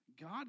God